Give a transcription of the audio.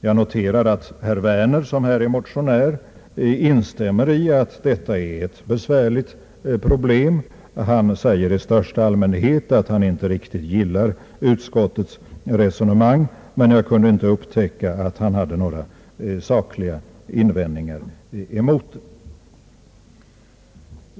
Jag noterar att herr Werner, som är motionär, instämmer i att detta är ett besvärligt problem. Han sade i största allmänhet att han inte riktigt gillar utskottets resonemang, men jag kunde inte upptäcka att han hade några sakliga invändningar emot det.